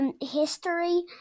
history